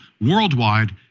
worldwide